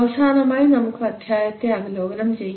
അവസാനമായി നമുക്ക് അധ്യായത്തെ അവലോകനം ചെയ്യാം